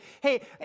hey